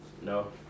No